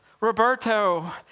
Roberto